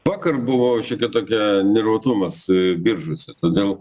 vakar buvo šiokia tokia nervuotumas biržose todėl